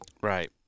Right